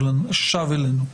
ששב אלינו.